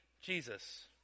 Jesus